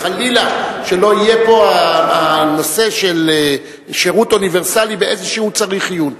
חלילה שלא יהיה פה הנושא של שירות אוניברסלי באיזה צריך עיון.